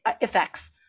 effects